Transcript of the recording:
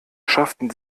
schafften